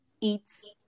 eats